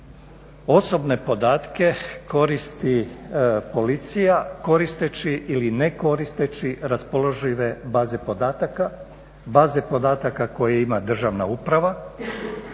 osobne podatke koristi policija, koristeći ili ne koristeći raspoložive baze podataka, baze podataka koje ima državna uprava,